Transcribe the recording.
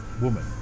woman